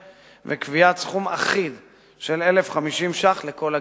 וקביעת סכום אחיד של 1,050 שקלים לכל הגילאים.